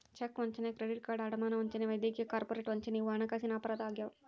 check ವಂಚನೆ credit card ಅಡಮಾನ ವಂಚನೆ ವೈದ್ಯಕೀಯ ಕಾರ್ಪೊರೇಟ್ ವಂಚನೆ ಇವು ಹಣಕಾಸಿನ ಅಪರಾಧ ಆಗ್ಯಾವ